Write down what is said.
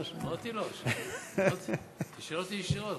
אמרתי לו עכשיו: תשאל אותי ישירות,